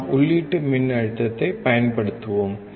நாம் உள்ளீட்டு மின்னழுத்தத்தைப் பயன்படுத்துவோம்